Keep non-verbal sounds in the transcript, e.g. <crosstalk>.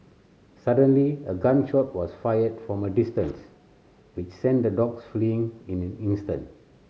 suddenly a gun shot was fired from a distance which sent the dogs fleeing in an <unintelligible>